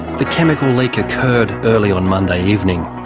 the chemical leak occurred early on monday evening.